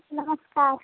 नमस्कार